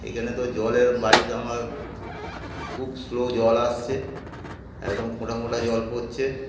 এইখানে তো জলের বাড়িতে আমার খুব স্লো জল আসছে একদম ফোঁটা মোটা জল পড়ছে